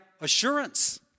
assurance